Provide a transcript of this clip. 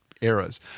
eras